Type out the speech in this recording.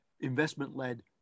investment-led